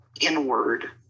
inward